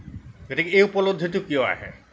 গতিকে এই উপলদ্ধিটো কিয় আহে